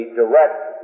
direct